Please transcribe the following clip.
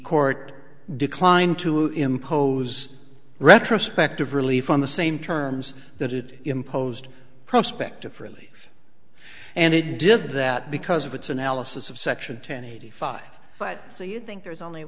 court declined to impose retrospective relief on the same terms that it imposed prospect of really and it did that because of its analysis of section ten eighty five but so you think there's only